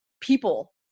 people